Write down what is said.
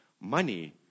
money